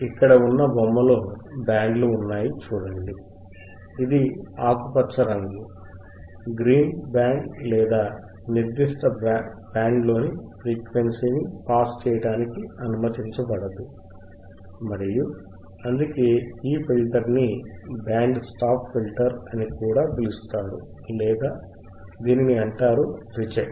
ఇక్కడ ఉన్న చిత్రపటము లో బ్యాండ్ లు ఉన్నాయి చుడండి ఇది ఆకుపచ్చ రంగు గ్రీన్ బ్యాండ్ లేదా ఈ నిర్దిష్ట బ్యాండ్లోని ఫ్రీక్వెన్సీని పాస్ చేయడానికి అనుమతించబడదు మరియు అందుకే ఈ ఫిల్టర్ ని బ్యాండ్ స్టాప్ ఫిల్టర్ అని కూడా పిలుస్తారు లేదా దీనిని అంటారు రిజెక్ట్